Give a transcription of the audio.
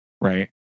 right